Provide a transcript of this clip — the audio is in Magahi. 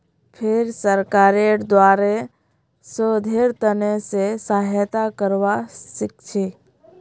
फेर सरकारेर द्वारे शोधेर त न से सहायता करवा सीखछी